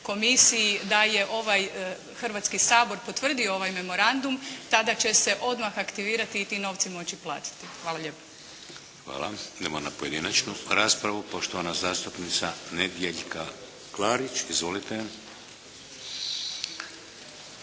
komisiji da je ovaj Hrvatski sabor potvrdio ovaj memorandum, tada će se odmah aktivirati i ti novci moći platiti. Hvala lijepo. **Šeks, Vladimir (HDZ)** Hvala. Idemo na pojedinačnu raspravu. Poštovana zastupnica Nedjeljka Klarić, izvolite.